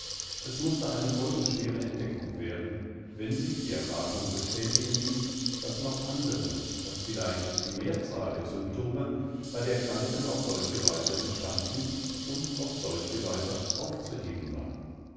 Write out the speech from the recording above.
es mußte eine folgenschwere entdeckung werden wenn sich die erwartung bestätigen ließ daß noch andere daß vielleicht die mehrzahl der symptome bei der kranken auf solche weise entstanden und auf solche weise aufzuheben war